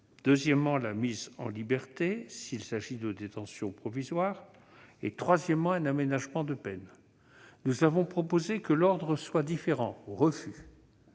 deuxièmement, la mise en liberté- s'il s'agit de détention provisoire -; et, troisièmement, un aménagement de peine. Nous avions proposé un ordre différent : refus